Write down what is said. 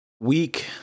Week